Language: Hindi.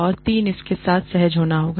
और तीन इसके साथ सहज होना होगा